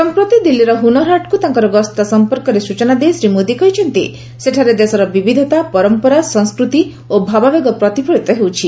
ସମ୍ପ୍ରତି ଦିଲ୍ଲୀର ହୁନରହାଟ୍କୁ ତାଙ୍କର ଗସ୍ତ ସମ୍ପର୍କରେ ସ୍ଟଚନା ଦେଇ ଶ୍ରୀ ମୋଦି କହିଛନ୍ତି ସେଠାରେ ଦେଶର ବିବିଧତା ପରମ୍ପରା ସଂସ୍କୃତି ଓ ଭାବାବେଗ ପ୍ରତିଫଳିତ ହେଉଛି